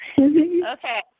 Okay